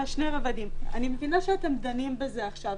אני מבינה שאתם דנים בזה עכשיו,